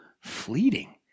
fleeting